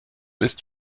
ist